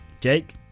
Jake